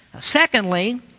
Secondly